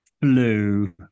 blue